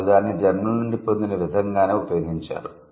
వారు దానిని జర్మన్ల నుండి పొందిన విధంగానే ఉపయోగించారు